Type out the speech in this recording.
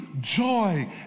joy